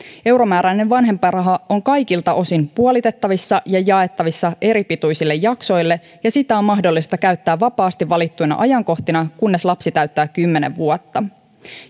euromääräinen vanhempainraha on kaikilta osin puolitettavissa ja jaettavissa eripituisille jaksoille ja sitä on mahdollista käyttää vapaasti valittuina ajankohtina kunnes lapsi täyttää kymmenen vuotta